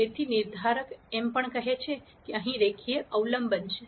તેથી નિર્ધારક એમ પણ કહે છે કે અહીં રેખીય અવલંબન છે